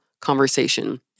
conversation